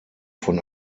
von